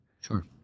Sure